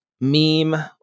meme